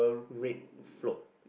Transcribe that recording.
red float